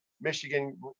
Michigan